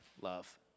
love